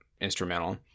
instrumental